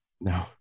No